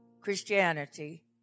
Christianity